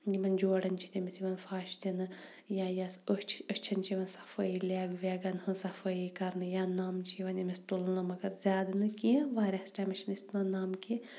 یِمَن جورن چھُ تٔمِس یِوان پھش دِنہٕ یا یۄس أچھ أچھَن چھِ یِوان صَفٲیی لیٚگ ویٚگ ہٕنٛز صَفٲیی کَرنہٕ یا نَم چھِ یِوان أمِس تُلنہٕ مَگَر زیادٕ نہٕ کینٛہہ واریاہَس ٹایمَس چھِنہٕ أسۍ تُلان نَم کینٛہہ